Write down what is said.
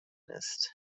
ist